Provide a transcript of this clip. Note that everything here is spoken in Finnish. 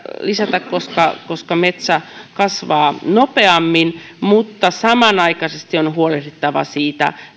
lisätä koska koska metsä kasvaa nopeammin mutta samanaikaisesti on on huolehdittava siitä